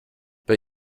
but